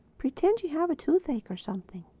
pretend you have a toothache or something.